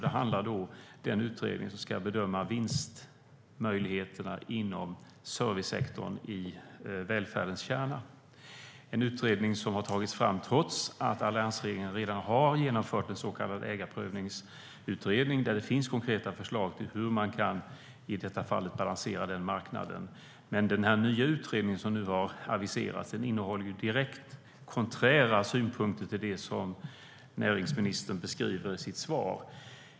Det handlar om den utredning som ska bedöma vinstmöjligheterna inom servicesektorn i välfärdens kärna. Det är en utredning som har tagits fram trots att alliansregeringen redan har genomfört en så kallad ägarprövningsutredning där det finns konkreta förslag till hur man i detta fall kan balansera marknaden. Den nya utredningen som nu har aviserats innehåller direkt konträra synpunkter till det som näringsministern beskriver i sitt svar.